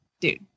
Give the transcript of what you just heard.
Dude